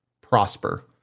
prosper